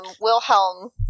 Wilhelm